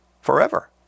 forever